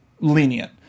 Lenient